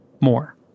more